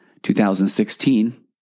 2016